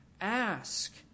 Ask